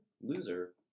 loser